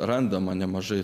randama nemažai